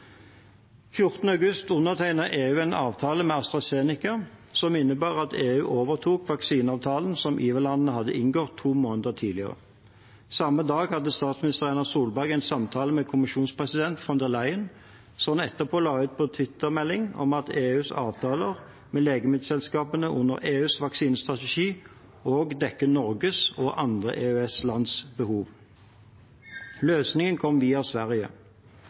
august undertegnet EU en avtale med AstraZeneca som innebar at EU overtok vaksineavtalen som IVA-landene hadde inngått to måneder tidligere. Samme dag hadde statsminister Erna Solberg en samtale med kommisjonspresident von der Leyen, som etterpå la ut en twittermelding om at EUs avtaler med legemiddelselskaper under EUs vaksinestrategi også dekker Norges og andre EØS-lands behov. Løsningen kom via Sverige.